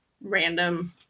random